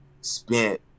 spent